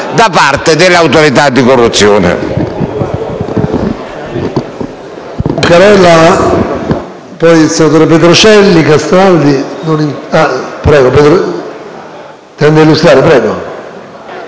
da parte dell'Autorità anticorruzione